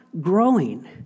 growing